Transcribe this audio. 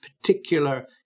particular